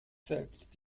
selbst